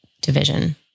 division